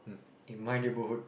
in my neighborhood